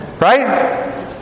Right